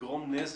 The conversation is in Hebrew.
הדבר גורם נזק